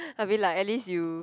I mean like at least you